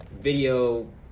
video